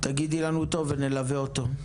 תגידי לנו אותו ונלווה אותו.